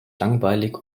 langweilig